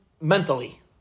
mentally